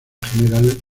general